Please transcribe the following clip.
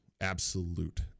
Absolute